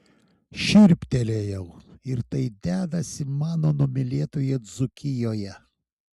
šiurptelėjau ir tai dedasi mano numylėtoje dzūkijoje